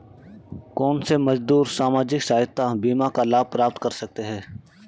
कौनसे मजदूर सामाजिक सहायता बीमा का लाभ प्राप्त कर सकते हैं?